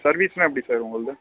சர்வீஸ்யெலாம் எப்படி சார் உங்களது